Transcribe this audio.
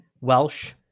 Welsh